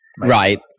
Right